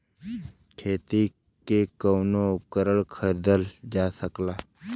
खेती के कउनो उपकरण खरीदल जा सकला